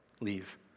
leave